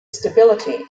stability